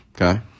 Okay